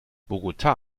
bogotá